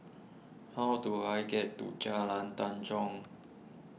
how do I get to Jalan Tanjong